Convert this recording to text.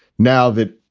now that,